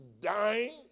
dying